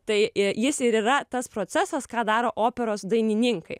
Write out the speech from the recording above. tai jis ir yra tas procesas ką daro operos dainininkai